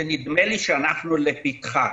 שנדמה לי שאנחנו לפתחה.